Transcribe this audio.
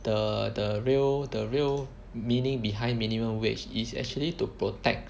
the the real the real meaning behind minimum wage is actually to protect the